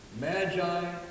Magi